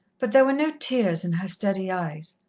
but there were no tears in her steady eyes.